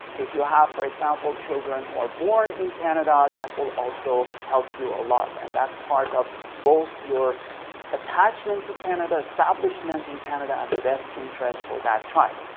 if you have for example children who are born in canada that will also help you a lot and that's part of both your attachment to canada establishment in canada and the best interest for that child.